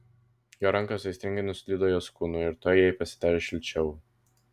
jo rankos aistringai nuslydo jos kūnu ir tuoj jai pasidarė šilčiau